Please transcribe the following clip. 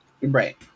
Right